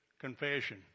confession